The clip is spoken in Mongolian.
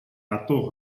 адуу